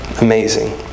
Amazing